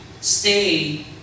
Stay